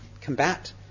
combat